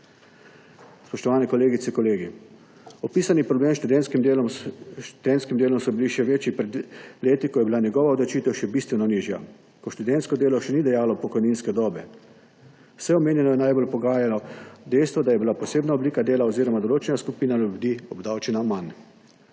Spoštovani kolegice, kolegi! Opisani problem s študentskim delom je bil še večji pred leti, ko je bila njegova obdavčitev še bistveno nižja in ko študentsko delo še ni dajalo pokojninske dobe. Vse omenjeno je najbolj poganjalo dejstvo, da je bila posebna oblika dela oziroma določena skupina ljudi obdavčena manj.